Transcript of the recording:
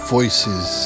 Voices